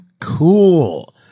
Cool